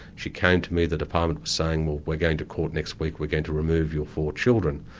she came to me, the department was saying well we're going to court next week, we're going to remove your four children.